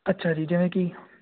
ਅੱਛਾ ਜੀ ਜਿਵੇਂ ਕਿ